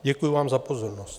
Děkuji vám za pozornost.